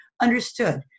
understood